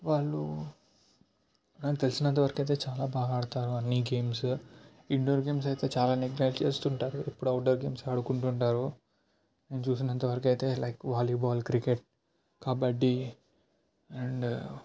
వాళ్ళు నాకు తెలిసినంతవరకైతే చాలా బాగా ఆడతారు అన్నీ గేమ్స్ ఇన్డోర్ గేమ్స్ అయితే చాలా నెగ్లెక్ట్ చేస్తుంటారు ఎప్పుడు అవుట్డోర్ గేమ్స్ ఆడుకుంటు ఉంటారు నేను చూసినంతవరికైతే like volleyball cricket kabaddi and